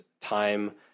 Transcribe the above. time